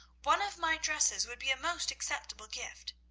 one of my dresses would be a most acceptable gift.